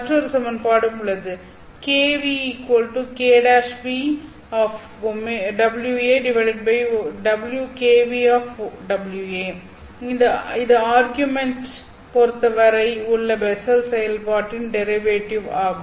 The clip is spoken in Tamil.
மற்றொரு சமன்பாடும் உள்ளது இது ஆர்குமென்ட் பொறுத்தவரை உள்ள பெஸ்ஸல் செயல்பாட்டின் டெரிவேட்டிவ் ஆகும்